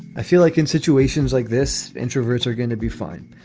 i feel like in situations like this, introverts are going to be fine.